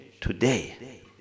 today